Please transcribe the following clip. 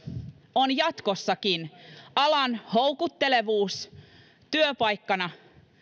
on jatkossakin alan houkuttelevuus työpaikkana